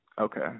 Okay